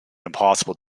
impossible